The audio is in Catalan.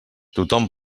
tothom